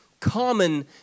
common